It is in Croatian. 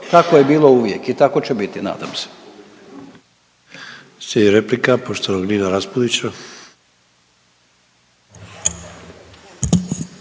Tako je bilo uvijek i tako će biti nadam se.